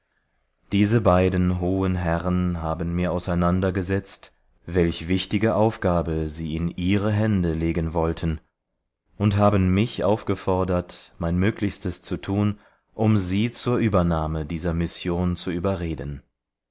diese beiden hohen herren haben mir auseinandergesetzt welch wichtige aufgabe sie in ihre hände legen wollten und haben mich aufgefordert mein möglichstes zu tun um sie zur übernahme dieser mission zu überreden